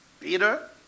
Peter